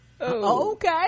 Okay